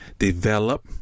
Develop